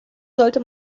sollte